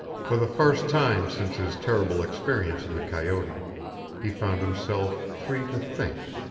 for the first time since his terrible experience in the coyote he found himself free to think,